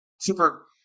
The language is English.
super